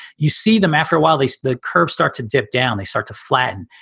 you see them after a while, they the curve start to dip down. they start to flatten.